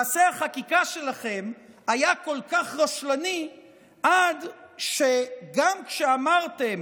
מעשה החקיקה שלכם היה כל כך רשלני עד שגם כשאמרתם